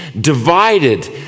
divided